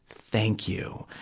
thank you!